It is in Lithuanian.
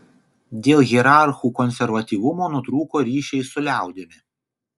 dėl hierarchų konservatyvumo nutrūko ryšiai su liaudimi